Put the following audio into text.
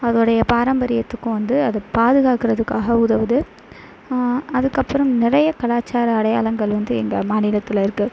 அதோடைய பாரம்பரியத்துக்கும் வந்து அது பாதுகாக்கறதுக்காக உதவுது அதுக்கப்புறம் நிறைய கலாச்சார அடையாளங்கள் வந்து எங்க மாநிலத்தில் இருக்கு